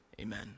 Amen